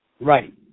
Right